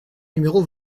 numéro